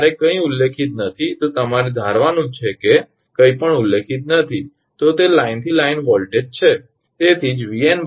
જ્યારે કંઇ ઉલ્લેખિત નથી તો તમારે ધારવાનું છે કે જો કંઇપણ ઉલ્લેખિત નથી તો તે લાઈનથી લાઇન વોલ્ટેજ છે